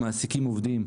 הם מעסיקים עובדים,